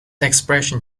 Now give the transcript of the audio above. expression